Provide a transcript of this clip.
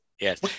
Yes